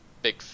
big